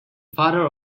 father